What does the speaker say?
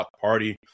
Party